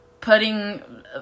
putting